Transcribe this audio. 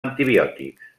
antibiòtics